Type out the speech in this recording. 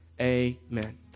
Amen